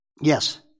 Yes